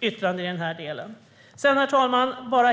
yttrande i denna del. Herr talman!